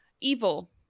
evil